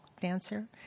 dancer